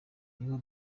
niho